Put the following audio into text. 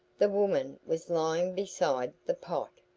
the woman was lying beside the pot.